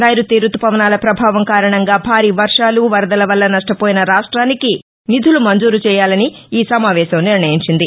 నైరుతి రుతుపవనాల ప్రభావం కారణంగా భారీ వర్వాలు వరదల వల్ల నష్ణపోయిన రాష్ట్రానికి నిధులు మంజూరు చేయాలని ఈ సమావేశం నిర్ణయించింది